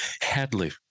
Hadley